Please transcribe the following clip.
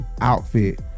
outfit